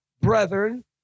brethren